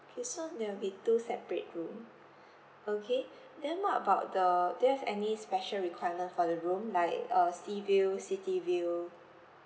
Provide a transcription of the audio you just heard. K so there will be two separate room okay then what about the do you have any special requirement for the room like uh sea view city view